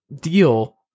deal